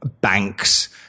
banks